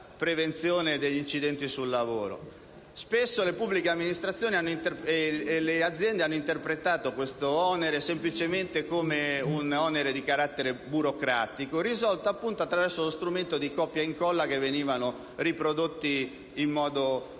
prevenzione degli incidenti sul lavoro. Spesso le pubbliche amministrazioni e le aziende hanno interpretato quest'onere semplicemente come un onere di carattere burocratico, risolto appunto attraverso lo strumento dei copia e incolla che venivano riprodotti in modo